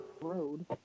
road